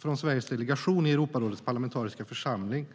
från Sveriges delegation i Europarådets parlamentariska församling.